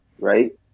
right